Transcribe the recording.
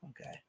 okay